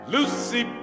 Lucy